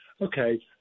okay